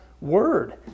Word